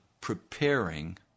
preparing